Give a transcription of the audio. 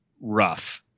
rough